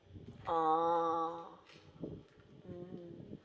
oh mmhmm